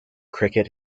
cricket